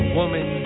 woman